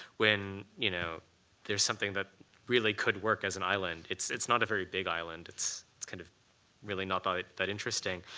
when you know there's something that really could work as an island. it's it's not a very big island. it's it's kind of really not that that interesting.